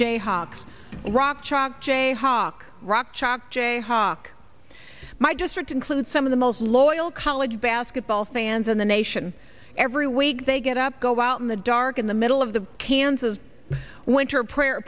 chalk jayhawk rock chalk jayhawk my district includes some of the most loyal college basketball fans in the nation every week they a get up go out in the dark in the middle of the kansas winter prayer